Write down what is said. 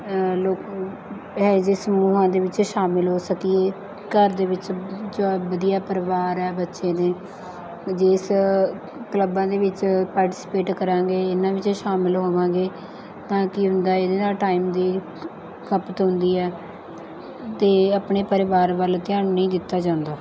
ਲੋਕ ਇਹੋ ਜਿਹੇ ਸਮੂਹਾਂ ਦੇ ਵਿੱਚ ਸ਼ਾਮਿਲ ਹੋ ਸਕੀਏ ਘਰ ਦੇ ਵਿੱਚ ਚ ਵਧੀਆ ਪਰਿਵਾਰ ਹੈ ਬੱਚੇ ਨੇ ਜਿਸ ਕਲੱਬਾਂ ਦੇ ਵਿੱਚ ਪਾਰਟੀਸਪੇਟ ਕਰਾਂਗੇ ਇਹਨਾਂ ਵਿੱਚ ਸ਼ਾਮਿਲ ਹੋਵਾਂਗੇ ਤਾਂ ਕੀ ਹੁੰਦਾ ਇਹਦੇ ਨਾਲ ਟਾਈਮ ਦੀ ਖਪਤ ਹੁੰਦੀ ਹੈ ਅਤੇ ਆਪਣੇ ਪਰਿਵਾਰ ਵੱਲ ਧਿਆਨ ਨਹੀਂ ਦਿੱਤਾ ਜਾਂਦਾ